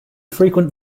frequent